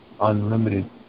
unlimited